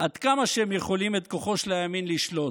עד כמה שהם יכולים, את כוחו של הימין לשלוט.